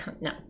no